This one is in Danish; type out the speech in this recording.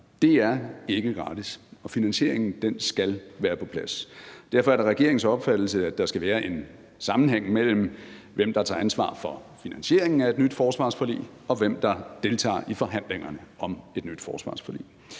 Det er ikke gratis, og finansieringen skal være på plads. Derfor er det regeringens opfattelse, at der skal være en sammenhæng mellem, hvem der tager ansvar for finansieringen af et nyt forsvarsforlig, og hvem der deltager i forhandlingerne om et nyt forsvarsforlig.